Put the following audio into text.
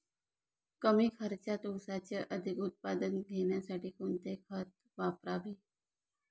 कमी खर्चात ऊसाचे अधिक उत्पादन घेण्यासाठी कोणते खत वापरावे?